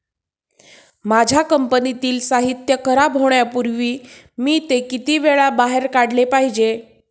माझ्या कंपनीतील साहित्य खराब होण्यापूर्वी मी ते किती वेळा बाहेर काढले पाहिजे?